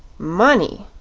money,